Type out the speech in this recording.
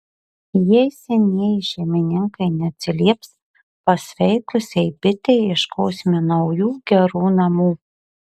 jei senieji šeimininkai neatsilieps pasveikusiai bitei ieškosime naujų gerų namų